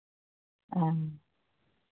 ᱚ